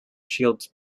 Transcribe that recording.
shields